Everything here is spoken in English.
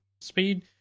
speed